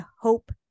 hope